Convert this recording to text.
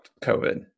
COVID